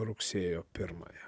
rugsėjo pirmąją